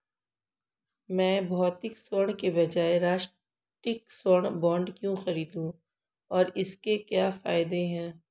मैं भौतिक स्वर्ण के बजाय राष्ट्रिक स्वर्ण बॉन्ड क्यों खरीदूं और इसके क्या फायदे हैं?